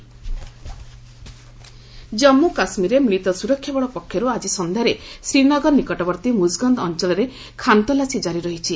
JK search operation Jammu କାଶ୍ମୀରରେ ମିଳିତ ସୁରକ୍ଷାବଳ ପକ୍ଷର୍ତ୍ ଆଜି ସନ୍ଧ୍ୟାରେ ଶ୍ରୀନଗର ନିକଟବର୍ତ୍ତୀ ମୁଜଗନ୍ଦ ଅଞ୍ଚଳରେ ଖାନତଲାସି ଜାରି ରହିଛି